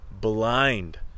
blind